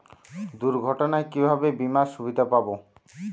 দুর্ঘটনায় কিভাবে বিমার সুবিধা পাব?